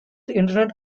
internet